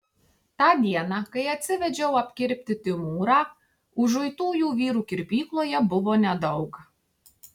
tą dieną kai atsivedžiau apkirpti timūrą užuitųjų vyrų kirpykloje buvo nedaug